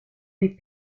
les